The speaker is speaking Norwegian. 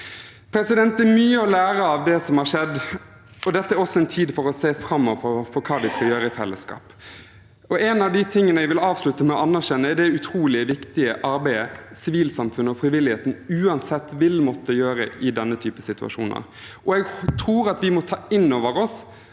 tidligere. Det er mye å lære av det som har skjedd, og dette er også en tid for å se framover på hva vi skal gjøre i fellesskap. En av de tingene jeg vil avslutte med å anerkjenne, er det utrolig viktige arbeidet sivilsamfunnet og frivilligheten uansett vil måtte gjøre i denne typen situasjoner. Og jeg tror vi må ta inn over oss